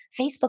Facebook